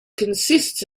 consists